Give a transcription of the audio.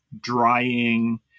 drying